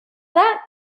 that